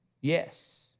Yes